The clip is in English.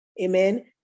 amen